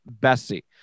Bessie